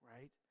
Right